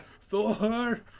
Thor